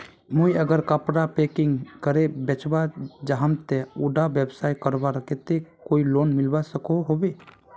मुई अगर कपड़ा पेंटिंग करे बेचवा चाहम ते उडा व्यवसाय करवार केते कोई लोन मिलवा सकोहो होबे?